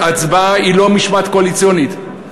ההצבעה היא לא משמעת קואליציונית,